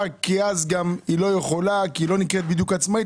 כי אז גם היא לא יכולה כי היא לא נקראת בדיוק עצמאית.